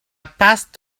passed